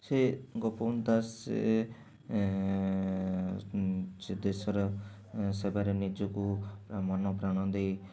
ସେ ଗୋପବନ୍ଧୁ ଦାସ ସେ ଦେଶର ସେବାରେ ନିଜକୁ ମନପ୍ରାଣ ଦେଇ